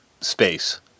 space